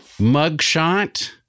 mugshot